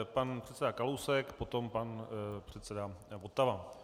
Pan předseda Kalousek, potom pan předseda Votava.